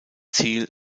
ziel